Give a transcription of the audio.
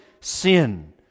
sin